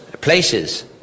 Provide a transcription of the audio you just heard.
places